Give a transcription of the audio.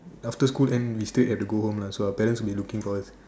after school end we still have to go home so our parents would be looking for us